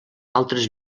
altres